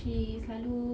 she selalu